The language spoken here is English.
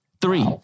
Three